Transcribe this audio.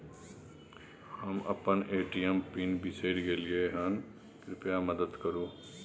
हम अपन ATM pin बिसरि गलियै हन, कृपया मदद करु